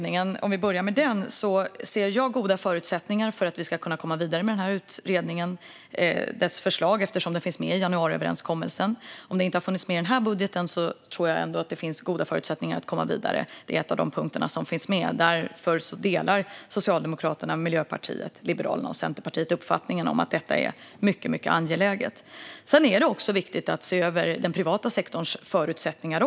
Om vi börjar med utredningen ser jag goda förutsättningar för att vi ska kunna komma vidare med dess förslag, eftersom den finns med i januariöverenskommelsen. Om det inte har funnits med i den här budgeten tror jag ändå att det finns goda förutsättningar att komma vidare; det är en av de punkter som finns. Socialdemokraterna, Miljöpartiet, Liberalerna och Centerpartiet delar uppfattningen att detta är mycket angeläget. Sedan är det också viktigt att se över även den privata sektorns förutsättningar.